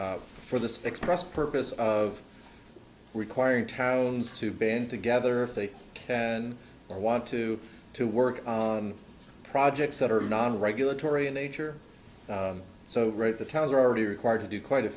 for this fix the rest purpose of requiring towns to band together if they can or want to to work on projects that are non regulatory in nature so right the towns are already required to do quite a